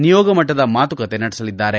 ನಿಯೋಗ ಮಟ್ಟದ ಮಾತುಕತೆ ನಡೆಸಲಿದ್ದಾರೆ